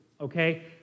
okay